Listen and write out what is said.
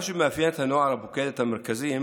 מה שמאפיין את הנוער הפוקד את המרכזים